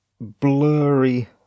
blurry